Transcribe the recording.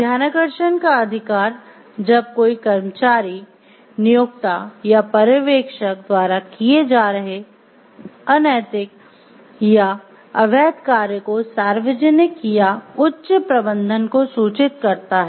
ध्यानाकर्षण का अधिकार जब कोई कर्मचारी नियोक्ता या पर्यवेक्षक द्वारा किए जा रहे अनैतिक या अवैध कार्य को सार्वजनिक या उच्च प्रबंधन को सूचित करता है